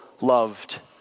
loved